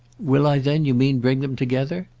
will i then, you mean, bring them together?